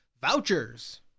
Vouchers